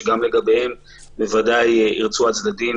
שגם לגביהם בוודאי ירצו הצדדים,